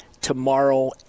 tomorrow